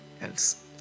else